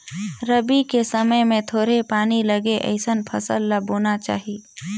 रबी के समय मे थोरहें पानी लगे अइसन फसल ल बोना चाही